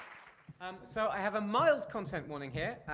um so, i have a mild content warning here.